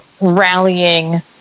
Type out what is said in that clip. rallying